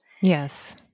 Yes